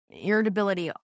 irritability